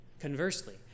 Conversely